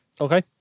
Okay